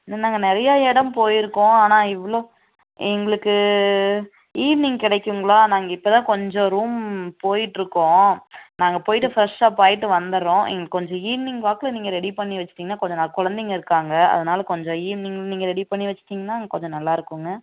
இல்லை நாங்கள் நிறையா இடம் போயிருக்கோம் ஆனால் இவ்வளோ எங்களுக்கு ஈவினிங் கிடைக்குங்களா நாங்கள் இப்போ தான் கொஞ்சம் ரூம் போய்கிட்ருக்கோம் நாங்கள் போய்விட்டு ஃப்ரெஷ் அப் ஆகிட்டு வந்துடுறோம் எங்களுக்கு கொஞ்சம் ஈவினிங் வாக்கில் நீங்கள் ரெடி பண்ணி வச்சுட்டிங்கன்னா கொஞ்சம் ந குழந்தைங்க இருக்காங்க அதனால கொஞ்சம் ஈவினிங் நீங்கள் ரெடி பண்ணி வச்சுட்டிங்கன்னா கொஞ்சம் நல்லா இருக்குங்க